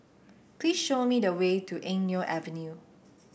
please show me the way to Eng Neo Avenue